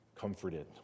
comforted